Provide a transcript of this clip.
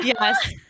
yes